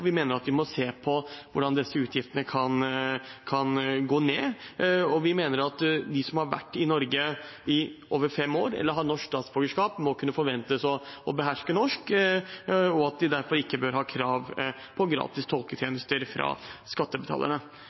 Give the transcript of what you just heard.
vi mener at vi må se på hvordan disse utgiftene kan gå ned. Vi mener at de som har vært i Norge i over fem år, eller har norsk statsborgerskap, må kunne forventes å beherske norsk, og at de derfor ikke bør ha krav på gratis tolketjenester fra skattebetalerne.